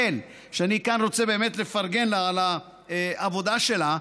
שאני כאן רוצה באמת לפרגן לה על העבודה שלה,